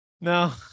no